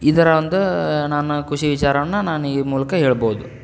ಇದರ ಒಂದು ನನ್ನ ಖುಷಿ ವಿಚಾರವನ್ನು ನಾನು ಈ ಮೂಲಕ ಹೇಳ್ಬೋದು